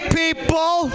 people